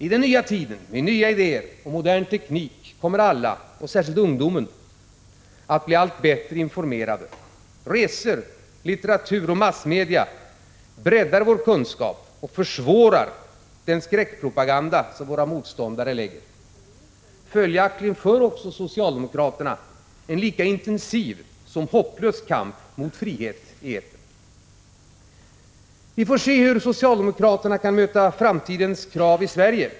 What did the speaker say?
I den nya tiden med nya idéer och modern teknik kommer alla, och särskilt ungdomen, att bli allt bättre informerade. Resor, litteratur och massmedia breddar vår kunskap och försvårar den skräckpropaganda som våra motståndare sprider. Följaktligen för också socialdemokraterna en lika intensiv som hopplös kamp mot frihet i etern. Vi får se hur socialdemokraterna kan möta framtidens krav i Sverige.